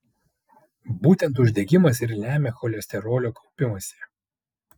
būtent uždegimas ir lemia cholesterolio kaupimąsi